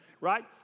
Right